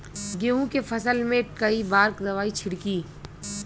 गेहूँ के फसल मे कई बार दवाई छिड़की?